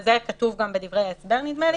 וזה כתוב גם בדברי ההסבר נדמה לי.